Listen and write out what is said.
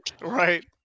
Right